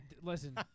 Listen